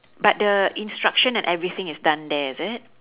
but the instruction and everything is done there is it